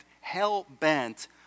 hell-bent